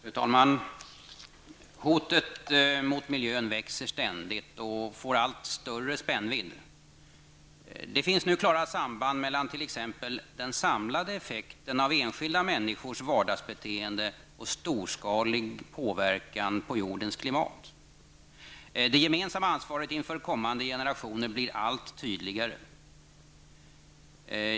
Fru talman! Hotet mot miljön växer ständigt och får allt större spännvidd. Det finns nu klara samband mellan t.ex. den samlade effekten av enskilda människors vardsagsbeteende och storskalig påverkan på jordens klimat. Det gemensamma ansvaret inför kommande generationer blir allt tydligare.